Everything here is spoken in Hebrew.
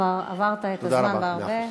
כבר עברת את הזמן בהרבה.